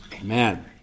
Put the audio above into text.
amen